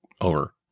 over